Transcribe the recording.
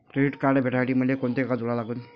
Credit card भेटासाठी मले कोंते कागद जोडा लागन?